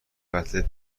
قتل